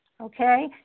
Okay